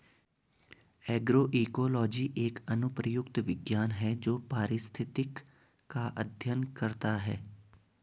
agroecology एक अनुप्रयुक्त विज्ञान है जो पारिस्थितिक का अध्ययन करता है